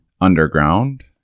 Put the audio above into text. underground